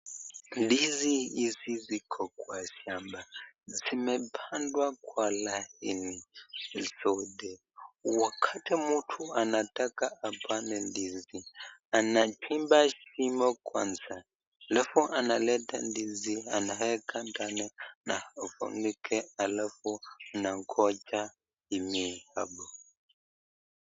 Ndizi hizi ziko kwa shamba, zimepandwa kwa laini zote, wakati mtu anataka apande ndizi, anachimba shimo kwanza alafu analeta ndizi anaeka ndani ana ufunike alafu unangoja imee hapo.